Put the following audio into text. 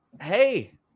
hey